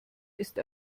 ist